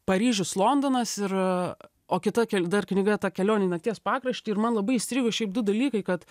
paryžius londonas ir o kita kel dar knyga ta kelionė į nakties pakraštį ir man labai įstrigo šiaip du dalykai kad